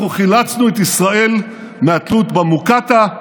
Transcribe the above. אנחנו חילצנו את ישראל מהתלות במוקטעה,